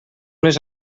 les